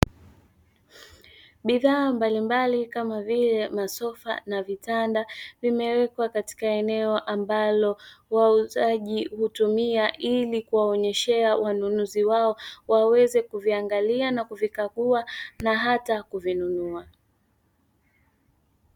Bidhaa mbalimbali kama vile masofa na vitanda vimewekwa katika eneo ambalo wauzaji hutumia ili kuwaonyeshea wanunuzi wao waweze kuviangalia na kuvikagua na hata kuvinunua.